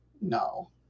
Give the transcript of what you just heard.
No